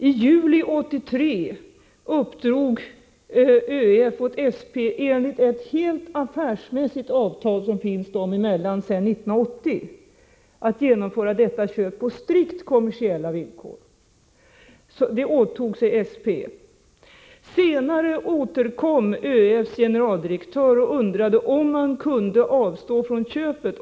I juli 1983 uppdrog ÖEF åt SP enligt ett helt affärsmässigt avtal som finns dem emellan sedan 1980 att genomföra detta köp på strikt kommersiella villkor. Det åtog sig SP. Senare återkom ÖEF:s generaldirektör och undrade om man kunde avstå från köpet.